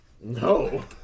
No